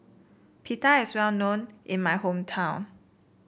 pita is well known in my hometown